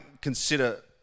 consider